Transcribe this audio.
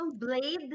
blade